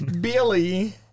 Billy